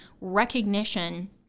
recognition